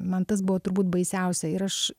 man tas buvo turbūt baisiausia ir aš